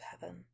heaven